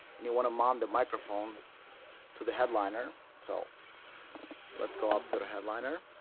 and you want to mount the microphone to the headliner so let's go up to the headliner.